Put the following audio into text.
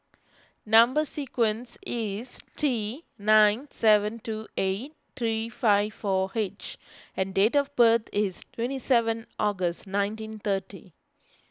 Number Sequence is T nine seven two eight three five four H and date of birth is twenty seven August nineteen thirty